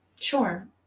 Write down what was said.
Sure